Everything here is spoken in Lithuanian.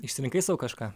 išsirinkai sau kažką